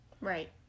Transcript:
Right